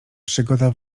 przygoda